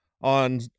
on